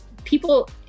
People